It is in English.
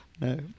No